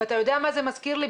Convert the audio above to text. ואתה יודע מה זה מזכיר לי?